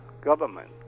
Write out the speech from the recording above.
government